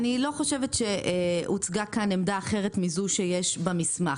אני לא חושבת שהוצגה כאן עמדה אחרת מזו שיש במסמך.